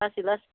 लासै लासै